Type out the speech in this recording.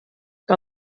que